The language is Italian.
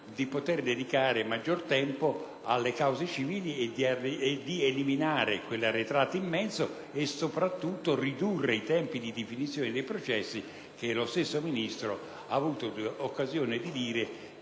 di dedicare maggior tempo alle cause civili, di eliminare un arretrato immenso e, soprattutto, di ridurre i tempi di definizione dei processi, che lo stesso Ministro ha avuto occasione di